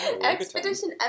Expedition